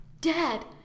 Dad